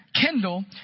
Kendall